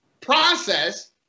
process—